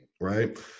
right